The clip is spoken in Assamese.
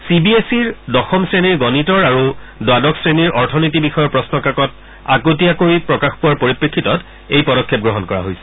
চি বি এছ ইৰ দশম শ্ৰেণীৰ গণিতৰ আৰু দ্বাদশ শ্ৰেণীৰ অথনীতি বিষয়ৰ প্ৰশ্ন কাকত আগতীয়াকৈ প্ৰকাশ পোৱাৰ পৰিপ্ৰেফিতত এই পদক্ষেপ গ্ৰহণ কৰা হৈছে